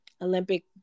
Olympic